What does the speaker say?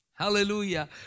hallelujah